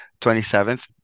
27th